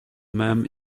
même